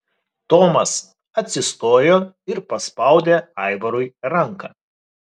tomas atsistojo ir paspaudė aivarui ranką